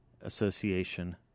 Association